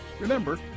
Remember